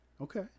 Okay